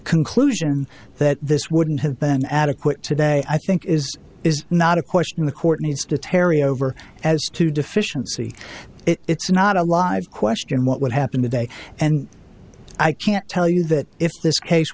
conclusion that this wouldn't have been adequate today i think is is not a question the court needs to tarry over as to deficiency it's not a live question what would happen today and i can't tell you that if this case